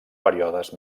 períodes